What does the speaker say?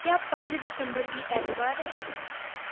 क्या पंज दिसंबर गी ऐतबार ऐ